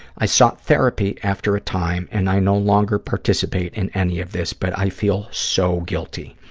i sought therapy after a time and i no longer participate in any of this, but i feel so guilty.